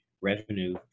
revenue